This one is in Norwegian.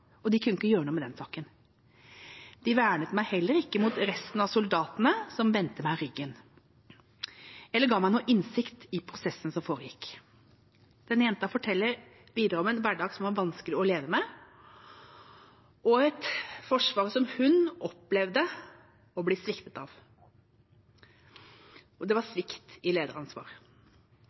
og de kunne ikke gjøre noe med saken». De vernet meg heller ikke mot resten av soldatene som vendte meg ryggen. Eller ga meg noen innsikt i prosessen som foregikk.» Denne jenta forteller videre om en hverdag som var vanskelig å leve med, og et forsvar som hun opplevde å bli sviktet av. Det var svikt i lederansvar.